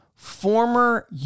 Former